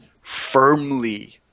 firmly